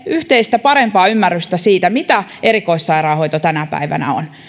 yhteistä parempaa ymmärrystä siitä mitä erikoissairaanhoito tänä päivänä on